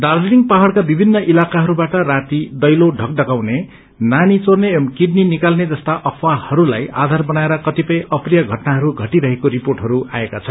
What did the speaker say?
दार्जीलिङ पहाड़का विभिन्न इलाकाहरूबाट राती दैलो डकडकाउने नानी चोर्ने एवं किडनी निकाल्ने जस्ता अफवाहहस्लाई आधार बनाएर रं कतिपय अप्रिय घटनाहरू घटिरहेको रिपोर्टहरू आएका छन्